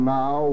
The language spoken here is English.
now